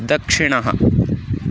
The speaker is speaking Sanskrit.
दक्षिणः